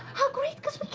how great because